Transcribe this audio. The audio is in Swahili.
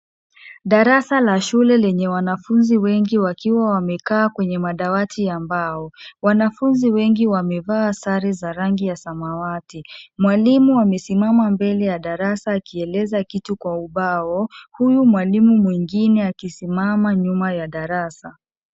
Darasa la shule lenye wanafunzi wengi wakiwa wamekaa kwenye madawati ya mbao. Wanafunzi wengi wamevaa sare za rangi ya samawati. Mwalimu amesimama mbele ya darasa akieleza kitu kwa ubao, huyu mwalimu mwingine akisimama nyuma ya darasa.